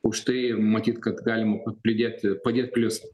už tai matyt kad galima pridėt padėt pliusą